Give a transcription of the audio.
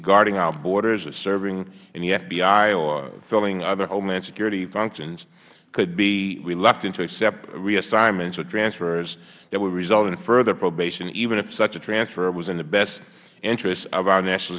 guarding our borders serving in the fbi or filling other homeland security functions could be reluctant to accept reassignments or transfers that would result in further probation even if such a transfer was in the best interests of our national